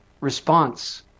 response